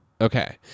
Okay